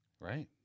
Right